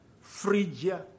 Phrygia